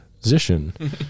Position